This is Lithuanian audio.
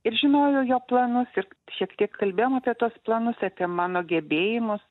ir žinojo jo planus ir šiek tiek kalbėjom apie tuos planus apie mano gebėjimus